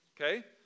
Okay